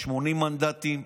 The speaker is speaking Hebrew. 80 מנדטים,